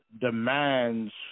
demands